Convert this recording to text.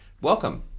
Welcome